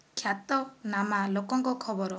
ଖ୍ୟାତନାମା ଲୋକଙ୍କ ଖବର